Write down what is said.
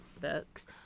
books